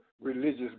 religious